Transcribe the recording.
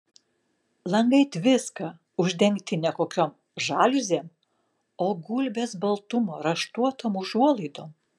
langai tviska uždengti ne kokiom žaliuzėm o gulbės baltumo raštuotom užuolaidom